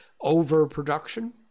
overproduction